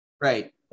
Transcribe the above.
Right